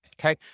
Okay